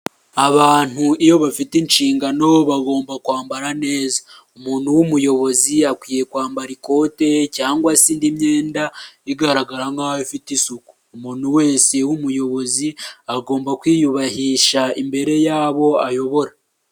Abantu iyo bafite inshingano, bagomba kwambara neza. Umuntu w'umuyobozi akwiye kwambara ikote, cyangwa se indi myenda igaragara nk'aho ifite isuku. Umuntu wese w'umuyobozi agomba kwiyubahisha imbere y'abo ayobora.